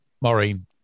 Maureen